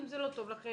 אם זה לא טוב לכם,